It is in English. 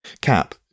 Cap